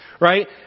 right